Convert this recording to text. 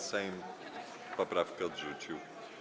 Sejm poprawki odrzucił.